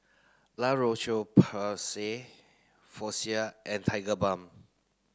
La Roche Porsay Floxia and Tigerbalm